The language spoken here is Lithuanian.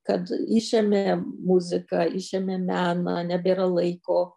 kad išėmė muziką išėmė meną nebėra laiko